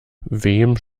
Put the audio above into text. wem